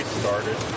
started